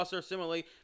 Similarly